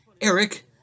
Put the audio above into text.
Eric